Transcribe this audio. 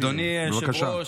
אדוני היושב-ראש,